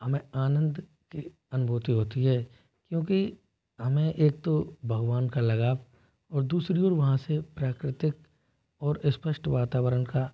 हमें आनंद की अनुभूति होती है क्योंकि हमें एक तो भगवान का लगाव और दूसरी ओर वहाँ से प्राकृतिक और स्पष्ट वातावरण का